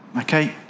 okay